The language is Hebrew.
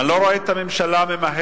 אני לא רואה את הממשלה ממהרת,